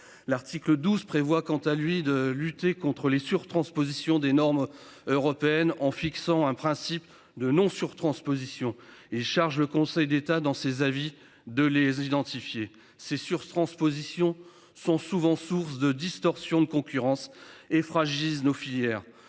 L'article 12 prévoit quant à lui de lutter contres les sur-transpositions des normes. Européennes en fixant un principe de non surtransposition et charge le Conseil d'État dans ses avis de les identifier ces sur-transposition sont souvent source de distorsion de concurrence et fragilise nos filières